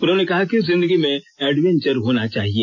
उन्होंने कहा कि जिंदगी में एडवेंचर होना चाहिए